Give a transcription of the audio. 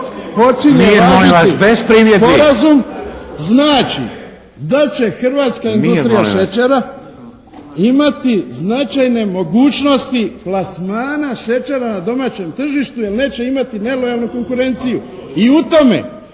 počinje važiti sporazum. Znači da će hrvatska industrija šećera imati značajne mogućnosti plasmana šećera na domaćem tržištu jer neće imati nelojalnu konkurenciju